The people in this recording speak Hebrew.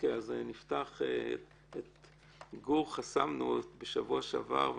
את גור חסמנו בשבוע שעבר.